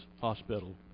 hospital